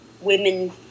women